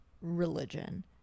religion